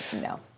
No